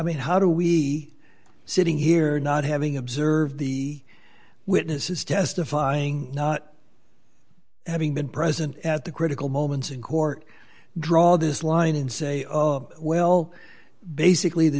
mean how do we sitting here not having observed the witnesses testifying not having been present at the critical moments in court draw this line and say well basically the